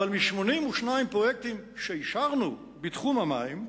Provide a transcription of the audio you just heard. אבל מ-82 פרויקטים שאישרנו בתחום המים,